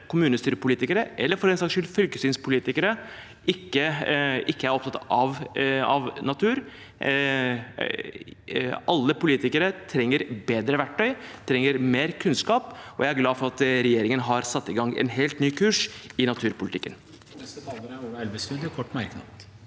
kommunestyrepolitikere, eller for den saks skyld fylkestingspolitikere, ikke er opptatt av natur. Alle politikere trenger bedre verktøy og mer kunnskap, og jeg er glad for at regjeringen har satt i gang en helt ny kurs i naturpolitikken.